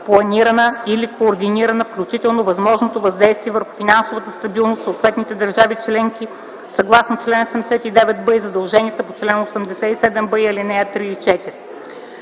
планирана или координирана, включително възможното въздействие върху финансовата стабилност в съответните държави членки съгласно чл. 79б, и задълженията по чл. 87б, ал. 3 и 4.